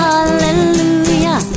Hallelujah